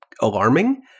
alarming